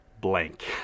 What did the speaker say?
blank